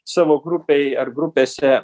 savo grupėj ar grupėse